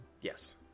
Yes